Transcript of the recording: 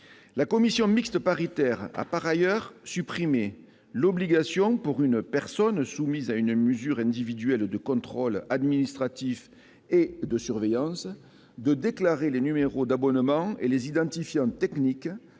la commission mixte paritaire a supprimé l'obligation, pour une personne soumise à une mesure individuelle de contrôle administratif et de surveillance, de déclarer les numéros d'abonnement et les identifiants techniques